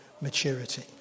maturity